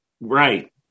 Right